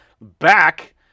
back